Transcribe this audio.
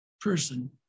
person